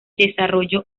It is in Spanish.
desarrollo